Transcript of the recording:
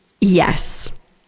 Yes